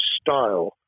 style